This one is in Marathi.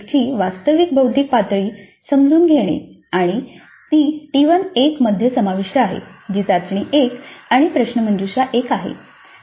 सीओ 1 ची वास्तविक बौद्धिक पातळी समजून घेणे आहे आणि ती टी 1 मध्ये समाविष्ट आहे जी चाचणी 1 आणि प्रश्नमंजुषा 1 आहे